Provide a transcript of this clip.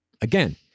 again